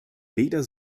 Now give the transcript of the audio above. weder